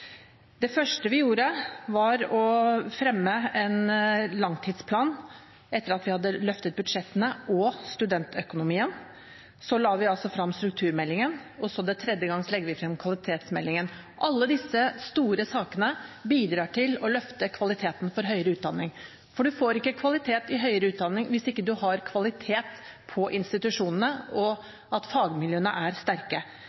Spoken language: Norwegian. Det første vi gjorde, var å fremme en langtidsplan. Etter at vi hadde løftet budsjettene og studentøkonomien, la vi altså frem strukturmeldingen, og nå legger vi frem kvalitetsmeldingen. Alle disse store sakene bidrar til å løfte kvaliteten i høyere utdanning, for man får ikke kvalitet i høyere utdanning hvis ikke man har kvalitet på institusjonene og sterke